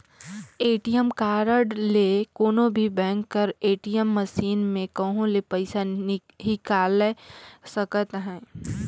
ATM card ले कोनो भी बेंक कर ए.टी.एम मसीन में कहों ले पइसा हिंकाएल सकत अहे